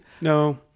No